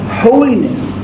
holiness